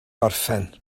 gorffen